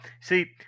See